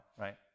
Right